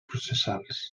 processals